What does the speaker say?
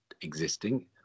existing